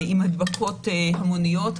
עם הדבקות המוניות.